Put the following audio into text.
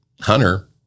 Hunter